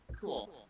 Cool